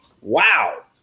wow